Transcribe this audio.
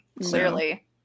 Clearly